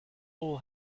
all